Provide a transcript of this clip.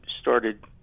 started